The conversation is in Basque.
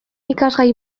ikasgai